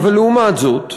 אבל לעומת זאת,